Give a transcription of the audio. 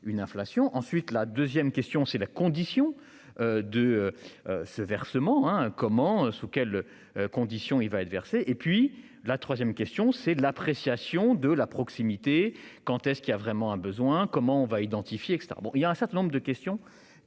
ensuite la deuxième question c'est la condition. De. Ce versement hein comment sous quelles. Conditions il va être versé et puis la 3ème question c'est l'appréciation de la proximité. Quand est-ce qu'il y a vraiment un besoin comment on va identifier et caetera, bon il y a un certain nombre de questions